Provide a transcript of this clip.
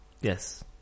Yes